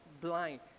blind